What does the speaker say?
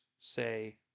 say